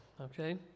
okay